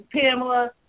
Pamela